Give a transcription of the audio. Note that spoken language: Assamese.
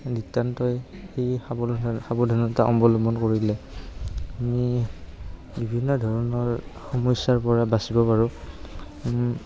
নিতান্তই সাৱধানতা সাৱধানতা অৱলম্বন কৰিলে আমি বিভিন্ন ধৰণৰ সমস্যাৰ পৰা বাচিব পাৰোঁ